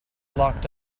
locked